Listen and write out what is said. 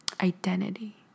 identity